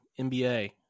NBA